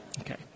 Okay